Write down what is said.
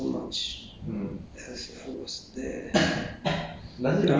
now uh I still meditate but not so much